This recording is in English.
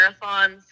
marathons